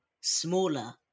smaller